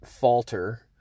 falter